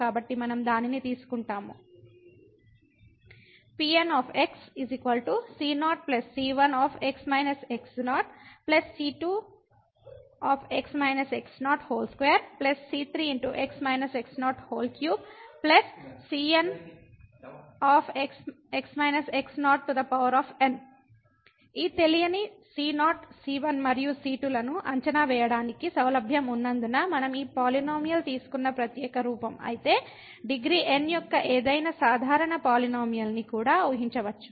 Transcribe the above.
కాబట్టి మనం దానిని తీసుకుంటాము Pn c0 c1 c2 2 c3 3 cn n ఈ తెలియని c0 c1 మరియు c2 లను అంచనా వేయడానికి సౌలభ్యం ఉన్నందున మనం ఈ పాలినోమియల్ తీసుకున్న ప్రత్యేక రూపం అయితే డిగ్రీ n యొక్క ఏదైనా సాధారణ పాలినోమియల్ని కూడా ఊహించవచ్చు